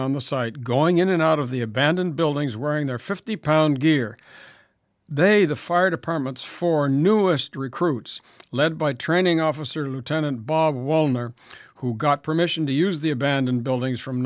on the site going in and out of the abandoned buildings wearing their fifty pound gear they the fire departments for newest recruits led by training officer lieutenant bob wallner who got permission to use the abandoned buildings from